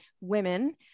women